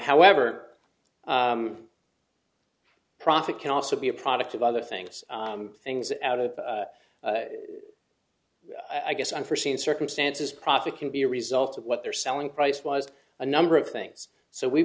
however profit can also be a product of other things things out of i guess unforseen circumstances profit can be a result of what they're selling price wise a number of things so we